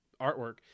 artwork